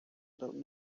about